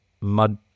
mud